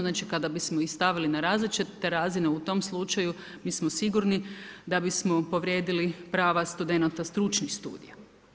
Znači, kada bismo ih stavili na različite razine, u tom slučaju, mi smo sigurni da bismo povrijedili prava studenata stručnih studija.